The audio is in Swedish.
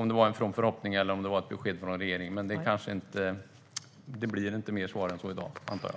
om det var en from förhoppning eller om det var ett besked från regeringen. Men jag antar att det inte blir mer svar än så i dag.